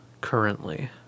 currently